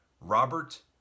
Robert